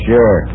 Sure